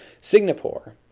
Singapore